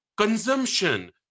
consumption